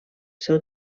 seu